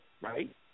right